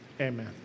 amen